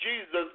Jesus